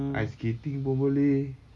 ice skating pun boleh